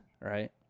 right